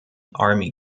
army